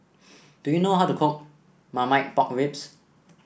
do you know how to cook Marmite Pork Ribs